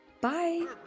Bye